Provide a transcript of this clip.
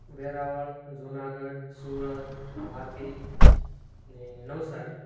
વેરાવળ જુનાગઢ સુરત વાપી ને નવસારી